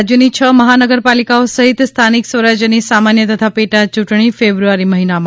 રાજ્યની છ મહાનગરપાલિકાઓ સહિત સ્થાનિક સ્વરાજ્યની સામાન્ય તથા પેટા યુંટણી ફેબ્રુઆરી મહિનામાં